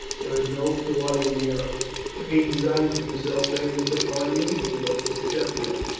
there is no thwarting nero if he designs to bestow favours upon you, you must accept them.